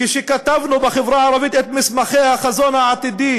כשכתבנו בחברה הערבית את מסמכי החזון העתידי